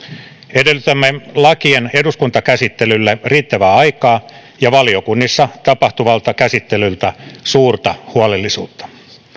edellytämme lakien eduskuntakäsittelylle riittävää aikaa ja valiokunnissa tapahtuvalta käsittelyltä suurta huolellisuutta